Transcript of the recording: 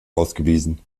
ausgewiesen